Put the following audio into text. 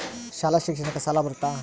ಶಾಲಾ ಶಿಕ್ಷಣಕ್ಕ ಸಾಲ ಬರುತ್ತಾ?